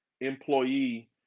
employee